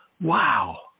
Wow